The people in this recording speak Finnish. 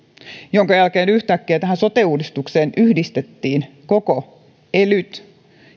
minkä jälkeen yhtäkkiä tähän sote uudistukseen yhdistettiin kaikki elyt